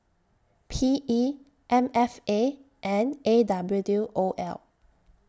P E M F A and A W O L